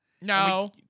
no